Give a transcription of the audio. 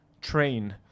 train